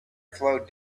flowed